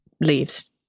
leaves